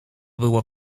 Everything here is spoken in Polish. było